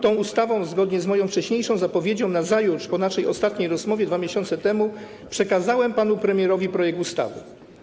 Ta ustawa... zgodnie z moją wcześniejszą zapowiedzią nazajutrz po naszej ostatniej rozmowie 2 miesiące temu przekazałem panu premierowi projekt ustawy.